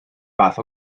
fath